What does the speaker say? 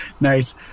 Nice